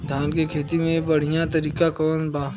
धान के खेती के बढ़ियां तरीका कवन बा?